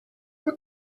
were